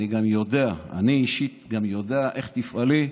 וגם אני אישית יודע איך תפעלי.